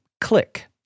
click